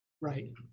Right